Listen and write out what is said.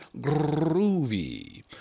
groovy